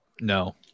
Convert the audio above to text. No